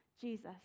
Jesus